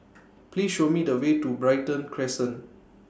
Please Show Me The Way to Brighton Crescent